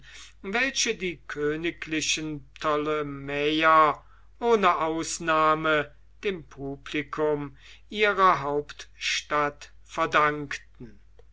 welche die königlichen ptolemäer ohne ausnahme dem publikum ihrer hauptstadt verdankten